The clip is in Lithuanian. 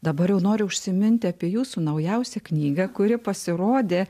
dabar jau noriu užsiminti apie jūsų naujausią knygą kuri pasirodė